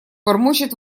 бормочет